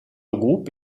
groupe